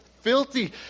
filthy